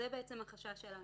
זה החשש שלנו.